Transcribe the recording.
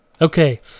Okay